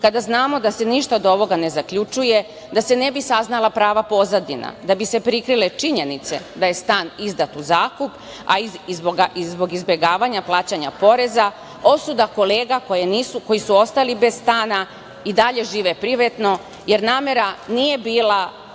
kada znamo da se ništa od ovoga ne zaključuje, da se ne bi saznala prava pozadina, da bi se prikrile činjenice da je stan izdat u zakup, a i zbog izbegavanja plaćanja poreza, osuda kolega koji su ostali bez stana i dalje žive privatno, jer namera nije bila